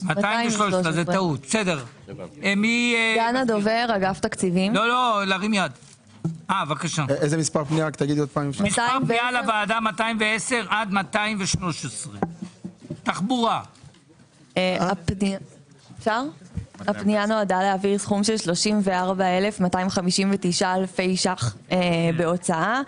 213. הפנייה נועדה להעביר סכום של 34,259 אלפי ש"ח בהוצאה,